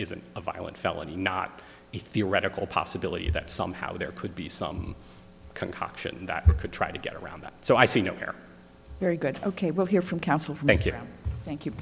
isn't a violent felony not a theoretical possibility that somehow there could be some concoction that you could try to get around that so i see no they're very good ok we'll hear from counsel thank you thank you